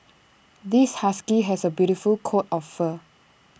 this husky has A beautiful coat of fur